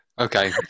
Okay